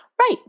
Right